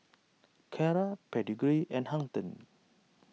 Kara Pedigree and Hang ten